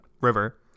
river